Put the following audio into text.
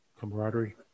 camaraderie